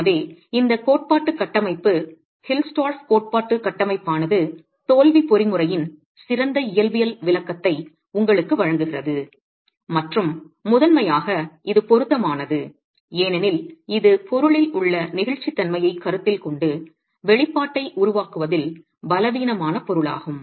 எனவே இந்த கோட்பாட்டு கட்டமைப்பு ஹில்ஸ்டோர்ஃப் கோட்பாட்டு கட்டமைப்பானது தோல்வி பொறிமுறையின் சிறந்த இயற்பியல் விளக்கத்தை உங்களுக்கு வழங்குகிறது மற்றும் முதன்மையாக இது பொருத்தமானது ஏனெனில் இது பொருளில் உள்ள நெகிழ்ச்சித்தன்மையைக் கருத்தில் கொண்டு வெளிப்பாட்டை உருவாக்குவதில் பலவீனமான பொருளாகும்